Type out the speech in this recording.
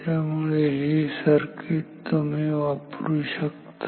त्यामुळे हे सर्किट तुम्ही वापरू शकता